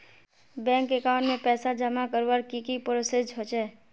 Bank account में पैसा जमा करवार की की प्रोसेस होचे?